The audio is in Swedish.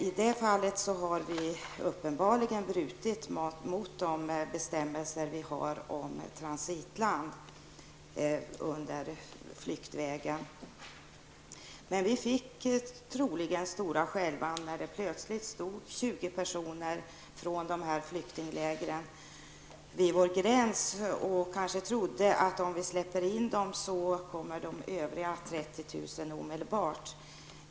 I det fallet har vi uppenbarligen brutit mot de bestämmelser vi har om transitland under flyktvägen. Men vi fick troligen stora skälvan när plötsligt 20 personer från de här flyktinglägren stod vid vår gräns. Vi trodde kanske att om vi släpper in dem, så kommer de övriga 30 000 omedelbart.